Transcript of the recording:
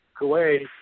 Kuwait